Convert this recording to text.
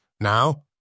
Now